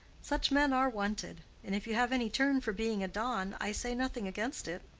such men are wanted and if you have any turn for being a don, i say nothing against it.